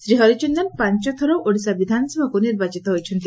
ଶ୍ରୀ ହରିଚନ୍ଦନ ପାଞଥର ଓଡିଶା ବିଧାନସଭାକୁ ନିର୍ବାଚିତ ହୋଇଛନ୍ତି